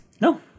No